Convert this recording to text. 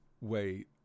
Wait